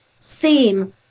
theme